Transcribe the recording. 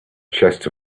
chest